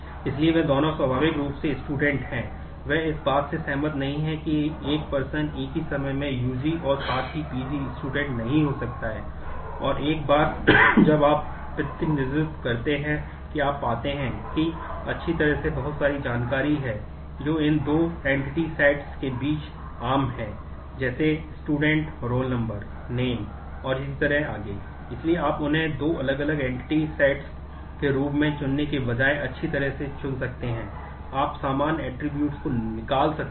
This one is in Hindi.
इसलिए वे दोनों स्वाभाविक रूप से छात्र में रख सकते हैं